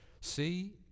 See